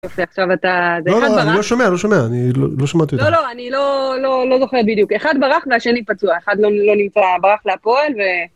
שעכשיו אתה.. לא שומע לא שומע אני לא לא שומעתי לא לא אני לא לא לא זוכרת בדיוק אחד ברח והשני פצוע אחד לא נמצא ברח להפועל.